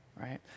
right